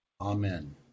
Amen